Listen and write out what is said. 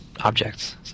objects